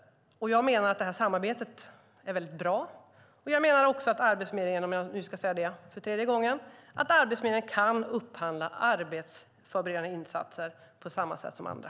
Detta samarbete är väldigt bra. Och jag säger nu för tredje gången att Arbetsförmedlingen kan upphandla arbetsförberedande insatser på samma sätt som andra.